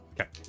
Okay